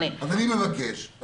אז אני מבקש,